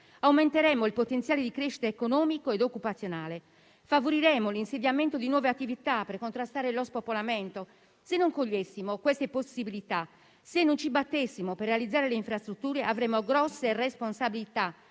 Aumenteremo il potenziale di crescita economico ed occupazionale e favoriremo l'insediamento di nuove attività per contrastare lo spopolamento. Se non coglieremo queste possibilità e non ci batteremo per realizzare le infrastrutture avremo grosse responsabilità